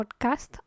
podcast